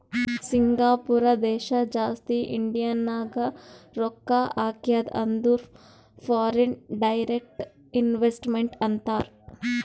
Singapore ದೇಶ ಜಾಸ್ತಿ ಇಂಡಿಯಾನಾಗ್ ರೊಕ್ಕಾ ಹಾಕ್ಯಾದ ಅಂದುರ್ ಫಾರಿನ್ ಡೈರೆಕ್ಟ್ ಇನ್ವೆಸ್ಟ್ಮೆಂಟ್ ಅಂತಾರ್